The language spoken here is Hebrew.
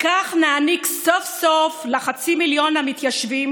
כך נעניק סוף-סוף לחצי מיליון המתיישבים